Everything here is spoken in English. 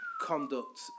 conduct